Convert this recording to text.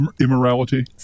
immorality